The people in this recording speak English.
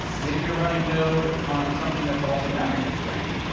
maybe you're running node on something that's also memory constrained.